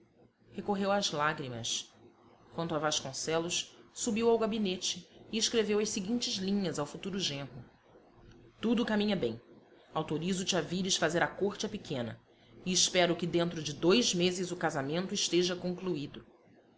recorreu às lágrimas quanto a vasconcelos subiu ao gabinete e escreveu as seguintes linhas ao futuro genro tudo caminha bem autorizo te a vires fazer a corte à pequena e espero que dentro de dois meses o casamento esteja concluído